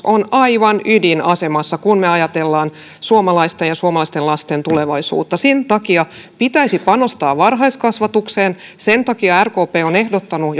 on aivan ydinasemassa kun me ajattelemme suomalaisten ja suomalaisten lasten tulevaisuutta sen takia pitäisi panostaa varhaiskasvatukseen sen takia rkp on ehdottanut